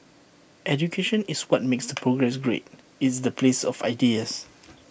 education is what makes the progress great it's the place of ideas